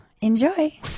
enjoy